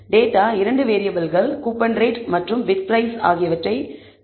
data 2 வேறியபிள்கள் coupon rate மற்றும் bid price ஆகியவற்றைக் கொண்டுள்ளது